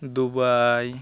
Dubai